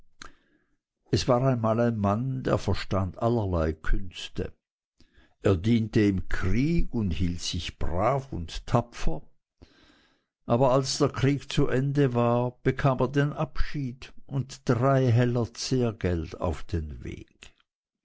es war einmal ein mann der verstand allerlei künste er diente im krieg und hielt sich brav und tapfer aber als der krieg zu ende war bekam er den abschied und drei heller zehrgeld auf den weg